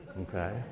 Okay